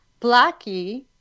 Blackie